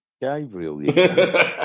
Gabriel